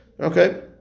Okay